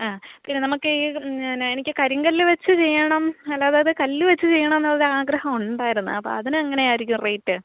ആ പിന്നെ നമുക്കെ ഈ പിന്നെ എനിക്ക് കരിങ്കല്ല് വെച്ച് ചെയ്യണം അതായത് കല്ല് വെച്ച് ചെയ്യണംന്നുള്ളൊരു ആഗ്രഹം ഉണ്ടായിരുന്നു അപ്പോൾ അതിനെങ്ങനായിരിക്കും റേറ്റ്